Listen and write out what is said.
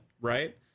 right